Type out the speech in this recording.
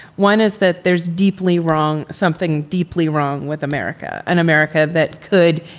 one is that there's deeply wrong, something deeply wrong with america, an america that could,